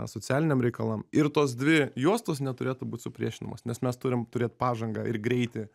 socialiniam reikalam ir tos dvi juostos neturėtų būt supriešinamos nes mes turim turėt pažangą ir greitį